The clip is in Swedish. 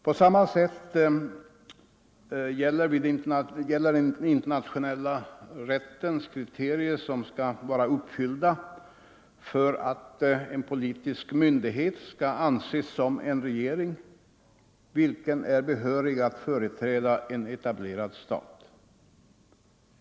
För det andra skall man uppfylla den internationella rättens kriterier för att en politisk myndighet skall anses vara en regering som är behörig 15 att företräda en etablerad stat.